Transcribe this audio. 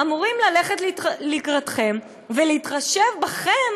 אמורים ללכת לקראתכם ולהתחשב בכם,